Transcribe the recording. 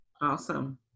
Awesome